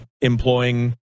employing